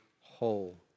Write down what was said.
whole